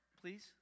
Please